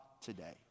today